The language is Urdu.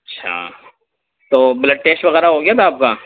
اچھا تو بلڈ ٹیسٹ وغیرہ ہو گیا تھا آپ کا